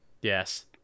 Yes